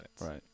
Right